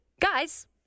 guys